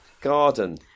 garden